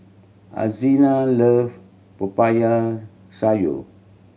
Alzina love Popiah Sayur